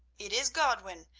it is godwin,